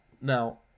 Now